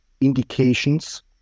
indications